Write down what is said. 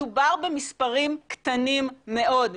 מדובר במספרים קטנים מאוד,